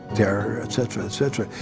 terror, etcetera, etcetera.